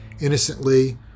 innocently